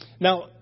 Now